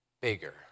bigger